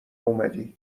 اومدی